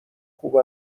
خوب